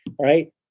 right